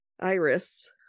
Iris